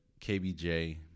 KBJ